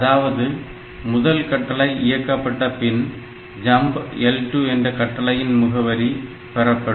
அதாவது முதல் கட்டளை இயக்கப்பட்ட பின் jump L2 என்ற கட்டளையின் முகவரி பெறப்படும்